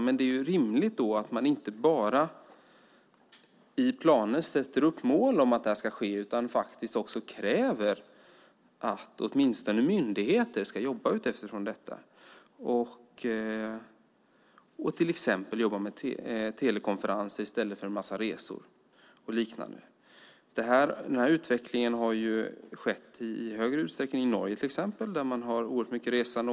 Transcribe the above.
Men det är rimligt att man i planer inte bara sätter upp mål om att det ska ske utan också kräver att åtminstone myndigheter ska jobba utifrån detta. Det går till exempel att jobba med telekonferenser i stället för att göra en massa resor och liknande. Den här utvecklingen har skett i större utsträckning i Norge, där man har oerhört mycket resande.